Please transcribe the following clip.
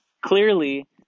clearly